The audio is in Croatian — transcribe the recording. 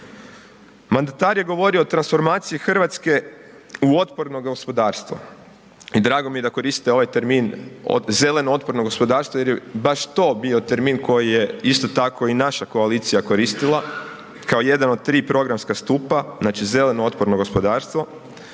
Mandata je govorio o transformaciji Hrvatske u otporno gospodarstvo. I drago mi je da koriste ovaj termin „zeleno otporno gospodarstvo“ jer je baš to bio termin koji je isto tako i naša koalicija koristila kao jedan od tri programska stupa, znači zeleno otporno gospodarstvo